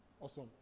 Awesome